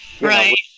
right